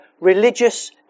religious